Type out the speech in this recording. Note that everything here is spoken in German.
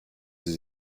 sie